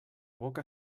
boca